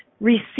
receive